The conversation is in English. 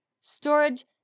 storage